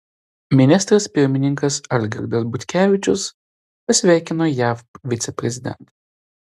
ministras pirmininkas algirdas butkevičius pasveikino jav viceprezidentą